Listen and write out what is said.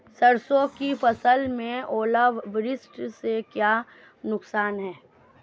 सरसों की फसल में ओलावृष्टि से क्या नुकसान है?